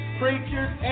preachers